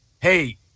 hey